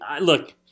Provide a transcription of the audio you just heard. look